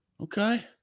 Okay